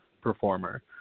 performer